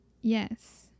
Yes